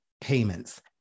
payments